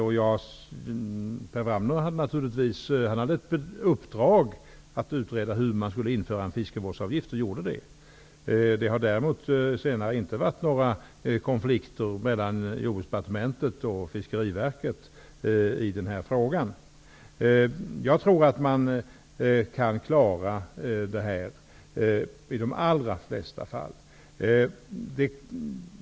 Per Wramner hade ett uppdrag att utreda hur man skulle införa en fiskevårdsavgift, vilket han slutförde. Däremot har det inte varit några konflikter mellan Jordbruksdepartementet och Fiskeriverket när det gäller den här frågan. Jag tror att man i de allra flesta fall kan klara sig utan statens inblandning.